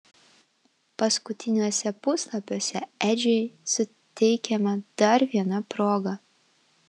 paskutiniuose puslapiuose edžiui suteikiama dar viena proga